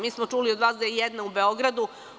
Mi smo čuli od vas da je jedna u Beogradu.